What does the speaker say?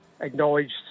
acknowledged